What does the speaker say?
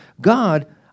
God